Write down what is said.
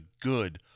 good